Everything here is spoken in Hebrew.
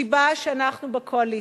הסיבה שאנחנו בקואליציה,